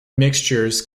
mixtures